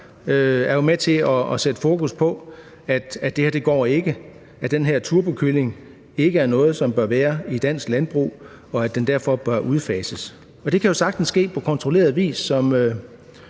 jo med til at sætte fokus på, at det her ikke går, at den her turbokylling ikke er noget, som bør være i dansk landbrug, og at den derfor bør udfases. Det kan jo sagtens ske på kontrolleret vis,